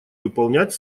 выполнять